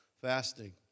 fasting